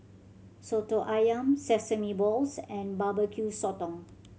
Soto Ayam sesame balls and Barbecue Sotong